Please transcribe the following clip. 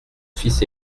fils